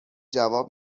جواب